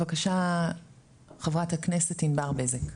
בבקשה ח"כ ענבר בזק.